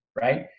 right